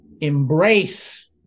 embrace